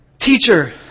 Teacher